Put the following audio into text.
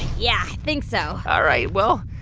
yeah, i think so all right, well,